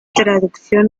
traducción